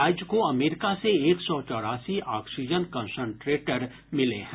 राज्य को अमेरिका से एक सौ चौरासी ऑक्सीजन कन्संट्रेटर मिले हैं